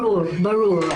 ברור.